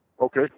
Okay